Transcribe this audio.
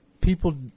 people